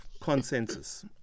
consensus